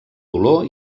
dolor